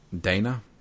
Dana